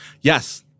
Yes